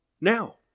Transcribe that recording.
Now